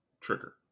trigger